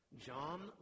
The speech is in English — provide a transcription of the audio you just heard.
John